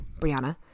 Brianna